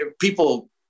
people